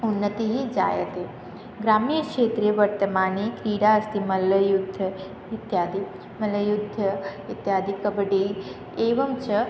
उन्नतिः जायते ग्राम्यक्षेत्रे वर्तमाने क्रीडा अस्ति मल्लयुद्धम् इत्यादि मल्लयुद्धम् इत्यादि कबडि एवं च